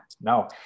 No